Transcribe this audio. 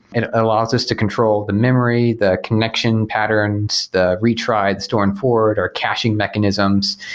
it allows us to control the memory, the connection patterns, the retry, the store and forward or caching mechanism,